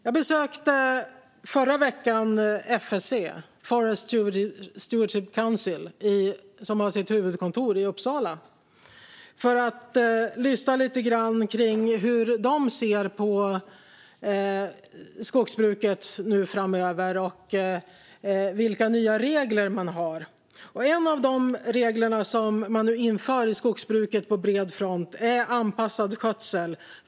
Jag besökte i förra veckan FSC, Forest Stewardship Council, som har sitt huvudkontor i Uppsala för att lyssna lite grann på hur de ser på skogsbruket nu framöver och vilka nya regler man har. En av de regler man nu inför i skogsbruket på bred front är anpassad skötsel.